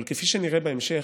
אבל כפי שנראה בהמשך,